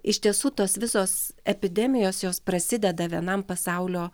iš tiesų tos visos epidemijos jos prasideda vienam pasaulio